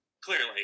clearly